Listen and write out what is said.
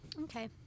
Okay